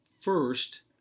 first